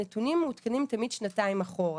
הנתונים מעודכנים תמיד שנתיים אחורה,